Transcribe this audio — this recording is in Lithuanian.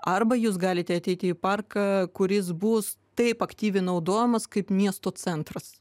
arba jūs galite ateiti į parką kuris bus taip aktyviai naudojamas kaip miesto centras